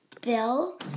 Bill